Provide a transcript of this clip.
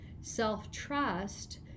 self-trust